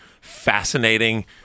fascinating